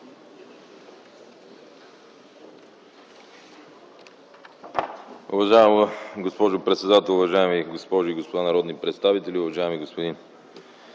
Уважаема госпожо председател, уважаеми дами и господа народни представители! Уважаеми господин